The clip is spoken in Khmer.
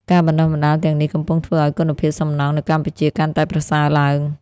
ការបណ្តុះបណ្តាលទាំងនេះកំពុងធ្វើឱ្យគុណភាពសំណង់នៅកម្ពុជាកាន់តែប្រសើរឡើង។